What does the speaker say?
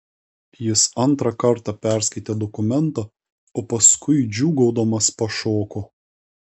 jis antrą kartą perskaitė dokumentą o paskui džiūgaudamas pašoko